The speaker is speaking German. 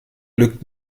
lügt